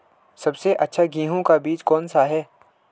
सबसे अच्छा गेहूँ का बीज कौन सा है?